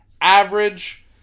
average